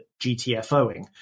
GTFOing